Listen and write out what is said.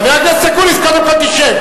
חבר הכנסת אקוניס, קודם כול תשב.